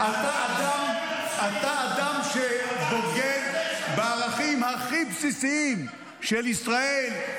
אתה אדם שבוגד בערכים הכי בסיסיים של ישראל,